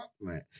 man